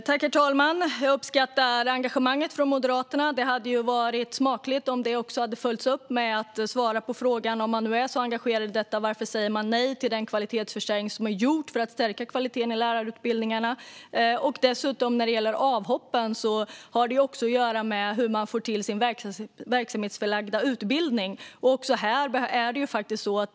Herr talman! Jag uppskattar engagemanget från Moderaterna. Det hade ju varit smakligt om det hade följts av ett svar på frågan om varför man säger nej till den kvalitetsförstärkning som har gjorts för att stärka kvaliteten i lärarutbildningarna, om man nu är så engagerad i detta. När det gäller avhoppen har det också att göra med hur man får till sin verksamhetsförlagda utbildning.